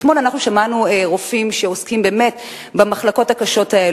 אתמול שמענו רופאים שעוסקים באמת במחלקות הקשות האלה.